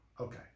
Okay